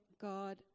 God